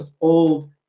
old